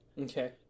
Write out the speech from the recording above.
Okay